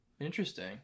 Interesting